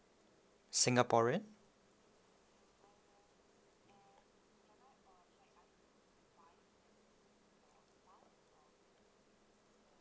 singaporean